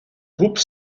groupe